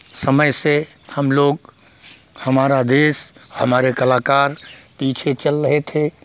समय से हम लोग हमारा देश हमारे कलाकार पीछे चल रहे थे